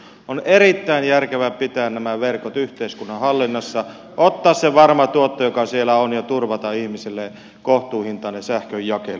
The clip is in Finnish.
on erittäin järkevää pitää nämä verkot yhteiskunnan hallinnassa ottaa se varma tuotto joka siellä on ja turvata ihmisille kohtuuhintainen sähkönjakelu